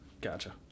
Gotcha